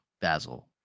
Basil